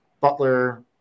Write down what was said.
Butler